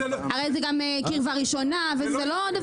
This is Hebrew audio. זה לא דבר שקורה.